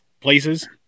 places